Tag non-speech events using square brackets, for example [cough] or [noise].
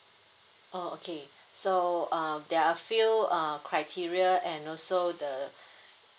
oh okay so um there are a few err criteria and also the [breath]